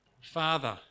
Father